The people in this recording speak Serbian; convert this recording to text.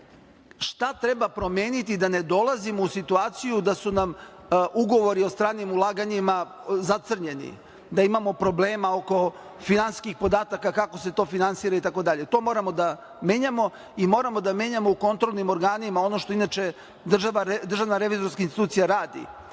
šta treba promeniti da ne dolazimo u situaciju da su nam ugovori o stranim ulaganjima zacrnjeni, da imamo problema oko finansijskih podataka kako se to finansira, itd. To moramo da menjamo i moramo da menjamo u kontrolnim organima ono što inače DRI radi, da prati. Ne kad